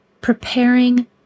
preparing